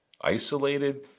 isolated